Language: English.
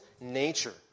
nature